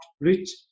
rich